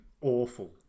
awful